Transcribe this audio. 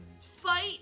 fight